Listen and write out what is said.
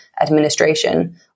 administration